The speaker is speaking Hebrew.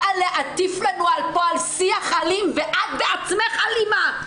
באה להטיף לנו על שיח אלים ואת בעצמך אלימה.